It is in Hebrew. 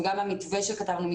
גם במתווה שכתבנו,